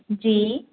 जी